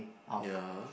ya